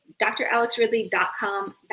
dralexridley.com